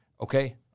okay